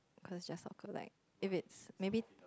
of course just for collect if it maybe